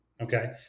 okay